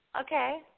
Okay